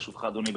ברשותך אדוני,